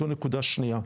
זו נקודה שנייה.